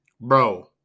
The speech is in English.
bro